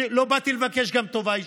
גם לא באתי לבקש טובה אישית.